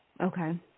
Okay